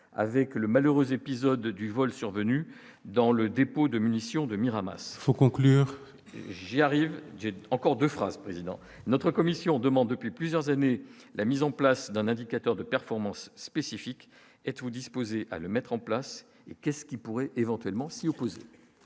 avec le malheur aux épisodes du vol survenu dans le dépôt de munitions de Miramas, s'il faut conclure, j'y arrive, j'ai encore 2 phrases président notre commission demande depuis plusieurs années, la mise en place d'un indicateur de performance spécifique est tout disposé à le mettre en place qu'est-ce qui pourrait éventuellement s'y opposer.